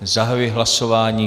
Zahajuji hlasování.